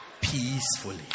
Peacefully